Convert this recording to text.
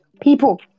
people